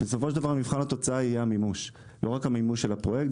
בסופו של דבר מבחן התוצאה יהיה המימוש; לא רק המימוש של הפרויקט,